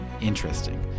interesting